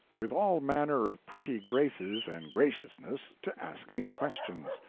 with all manner of pretty graces and graciousnesses, to ask me questions.